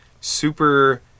Super